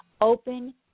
Open